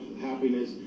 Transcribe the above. happiness